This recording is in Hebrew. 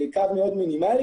קו מינימלי,